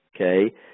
okay